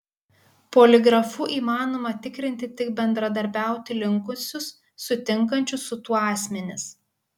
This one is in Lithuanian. poligrafu įmanoma tikrinti tik bendradarbiauti linkusius sutinkančius su tuo asmenis